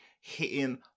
hitting